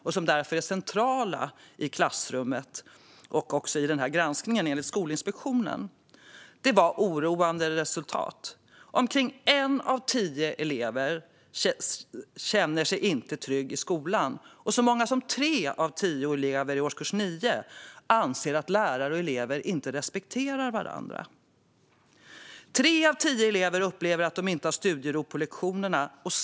De är därför centrala i klassrummet och i granskningen, enligt Skolinspektionen. Resultatet var oroande. Omkring en av tio elever känner sig inte trygg i skolan. Och så många som tre av tio elever i årskurs 9 anser att lärare och elever inte respekterar varandra. Tre av tio elever upplever att det inte finns studiero på lektionerna.